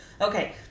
Okay